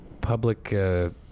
public